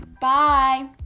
Bye